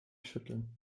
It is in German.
schütteln